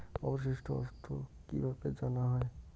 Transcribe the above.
অবশিষ্ট অর্থ কিভাবে জানা হয়?